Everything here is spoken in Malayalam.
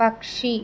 പക്ഷി